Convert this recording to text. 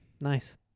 Nice